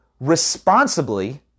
responsibly